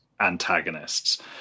antagonists